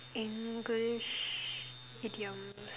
English idioms